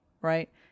right